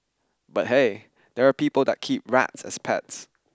but hey there are people that keep rats as pets